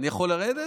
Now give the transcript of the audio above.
אני יכול לרדת?